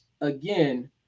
again